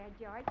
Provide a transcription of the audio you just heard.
George